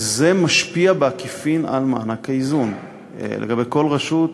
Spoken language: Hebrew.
זה משפיע בעקיפין על מענק האיזון לכל רשות,